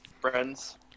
friends